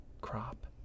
crop